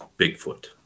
Bigfoot